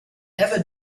ever